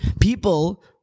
People